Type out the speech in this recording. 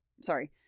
sorry